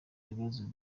bibazo